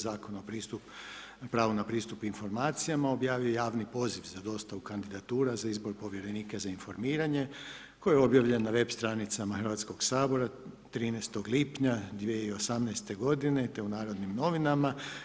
Zakona o pravu na pristup informacija, objavio javni poziv za dostavu kandidatura za izbor povjerenika za informiranje, koji je obavljen na web stranicama Hrvatskog sabora 13. lipnja 2018. g. te u Narodnim novinama.